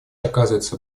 оказывается